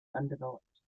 undeveloped